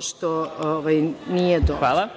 što nije dobro.